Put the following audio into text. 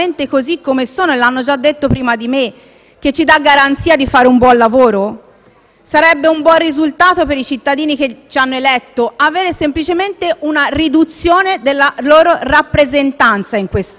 Sarebbe un buon risultato per i cittadini che ci hanno eletto ottenere semplicemente una riduzione della loro rappresentanza in quest'Aula, con soltanto dei numeri? Sarebbero rappresentati tutti a quel punto?